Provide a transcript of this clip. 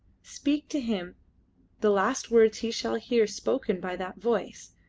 speak to him the last words he shall hear spoken by that voice,